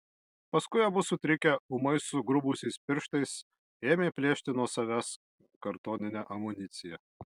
paskui abu sutrikę ūmai sugrubusiais pirštais ėmė plėšti nuo savęs kartoninę amuniciją